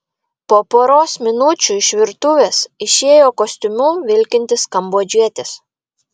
po poros minučių iš virtuvės išėjo kostiumu vilkintis kambodžietis